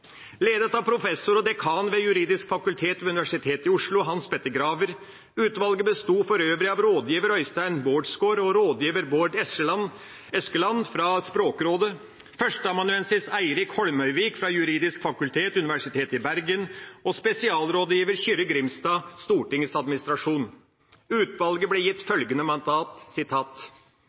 ledet av professor og dekan ved juridisk fakultet ved Universitetet i Oslo, Hans Petter Graver. Utvalget besto for øvrig av rådgiver Øystein Baardsgaard og rådgiver Bård Eskeland fra Språkrådet, førsteamanuensis Eirik Holmøyvik fra juridisk fakultet, Universitetet i Bergen og spesialrådgiver Kyrre Grimstad, Stortingets administrasjon. Utvalget ble gitt følgende mandat: